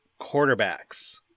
quarterbacks